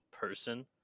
person